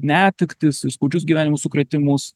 netektis ir skaudžius gyvenimo sukrėtimus